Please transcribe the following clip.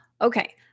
Okay